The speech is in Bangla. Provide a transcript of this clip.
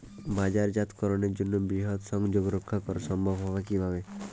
বাজারজাতকরণের জন্য বৃহৎ সংযোগ রক্ষা করা সম্ভব হবে কিভাবে?